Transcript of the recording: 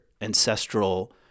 ancestral